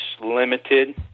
limited